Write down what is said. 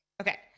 Okay